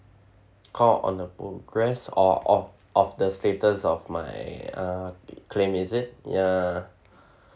call on the progress of of of the status of my uh claim is it ya